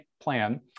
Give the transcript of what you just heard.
plan